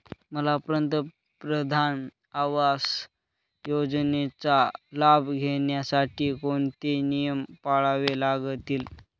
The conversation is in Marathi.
मला पंतप्रधान आवास योजनेचा लाभ घेण्यासाठी कोणते नियम पाळावे लागतील?